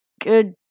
good